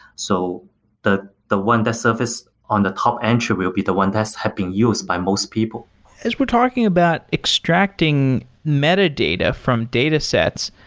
so the the one that surface on the top entry will be the one that have been used by most people as we're talking about extracting metadata from datasets,